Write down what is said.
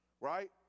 right